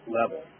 level